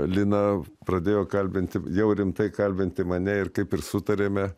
lina pradėjo kalbinti jau rimtai kalbinti mane ir kaip ir sutarėme